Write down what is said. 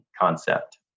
concept